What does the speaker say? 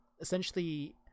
Essentially